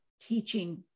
teaching